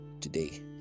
today